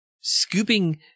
scooping